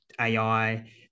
AI